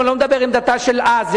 אני לא מדבר על עמדתה של אז,